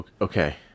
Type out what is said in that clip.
Okay